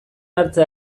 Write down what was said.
hartzen